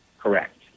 correct